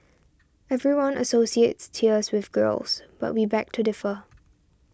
everyone associates tears with girls but we beg to differ